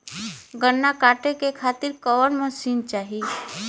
गन्ना कांटेके खातीर कवन मशीन चाही?